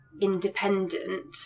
independent